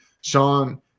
Sean